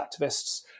activists